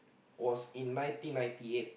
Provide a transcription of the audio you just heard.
was in nineteen ninety eight